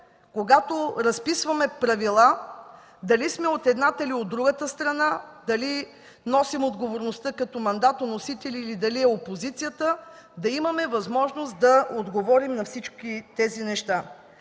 когато разписваме правила, дали сме от едната или от другата страна, дали носим отговорността като мандатоносители или дали е опозицията, да имаме възможност да отговорим на всички тези неща.